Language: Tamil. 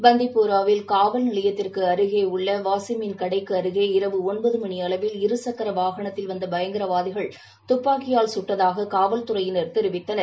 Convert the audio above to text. பண்டிபோராவில் காவல் நிலையத்திற்கு அருகே உள்ள வாசிம்மின் கடைக்கு அருகே இரவு ஒன்பது மணியளவில் இரு சக்கர வாகனத்தில் வந்த பயங்கரவாதிகள் துப்பாக்கியால் சுட்டதாக காவல்துறையினர் தெரிவித்தனர்